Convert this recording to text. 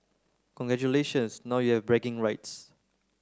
congratulations now you have bragging rights